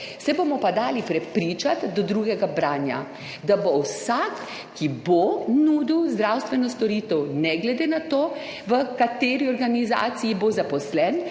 se bomo pa dali prepričati do drugega branja, da bo vsak, ki bo nudil zdravstveno storitev, ne glede na to v kateri organizaciji bo zaposlen,